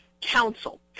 Council